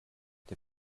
der